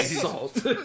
salt